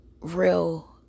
real